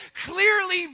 clearly